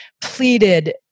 pleaded